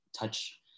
touch